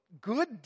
Good